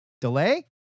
delay